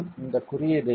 நான் இந்த குறியீடு